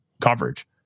coverage